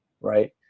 right